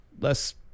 less